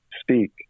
Speak